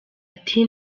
ati